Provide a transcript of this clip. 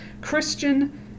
Christian